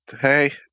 hey